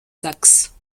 saxe